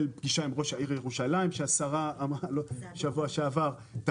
הייתה גם פגישה בשבוע שעבר עם ראש העיר